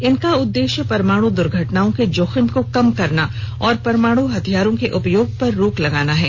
इनका उद्देश्य परमाणु दुर्घटनाओं के जोखिम को कम करना और परमाणु हथियारों के उपयोग पर रोक लगाना है